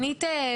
למעשה,